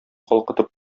калкытып